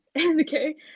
Okay